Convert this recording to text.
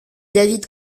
david